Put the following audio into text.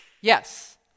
Yes